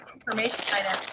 information